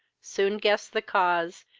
soon guessed the cause,